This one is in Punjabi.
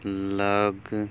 ਲੱਗ